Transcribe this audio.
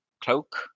cloak